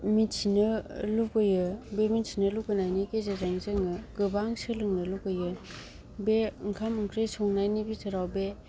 मिथिनो लुगैयो बे मिथिनो लुगैनायनि गेजोरजों जोङो गोबां सोलोंनो लुगैयो बे ओंखाम ओंख्रि संनायनि बिथोराव बे